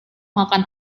makan